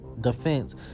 defense